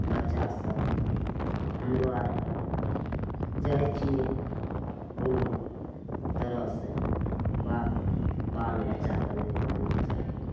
बच्चासब हमरो आरके जाइ छियै कोनो तरहसँ बात बाल बच्चाके नहि होना चाही